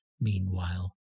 meanwhile